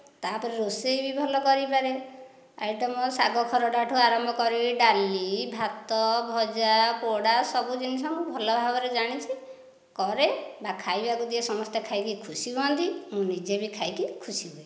ତାପରେ ରୋଷେଇ ବି ଭଲ କରିପାରେ ଆଇଟମ୍ ଶାଗ ଖରଡ଼ା ଠୁ ଆରମ୍ଭ କରି ଡାଲି ଭାତ ଭଜା ପୋଡ଼ା ସବୁ ଜିନିଷ ମୁଁ ଭଲ ଭାବରେ ଜାଣିଛି କରେ ବା ଖାଇବାକୁ ଦିଏ ସମସ୍ତେ ଖାଇକି ଖୁସି ହୁଅନ୍ତି ମୁଁ ନିଜେ ବି ଖାଇକି ଖୁସି ହୁଏ